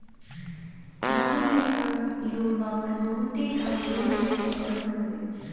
गांव में तअ लोग आपन बहुते काम लोन लेके करत हवे